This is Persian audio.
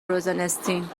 روزناستین